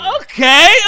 Okay